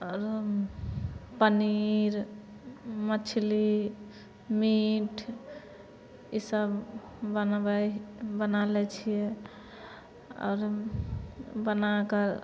आओरो पनीर मछली मीट इसब बनबै बना लै छियै आओरो बनाकऽ